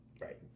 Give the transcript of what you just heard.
Right